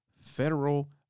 federal